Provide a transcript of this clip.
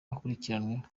akurikiranweho